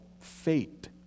fate